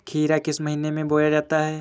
खीरा किस महीने में बोया जाता है?